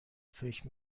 فکر